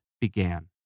began